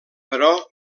però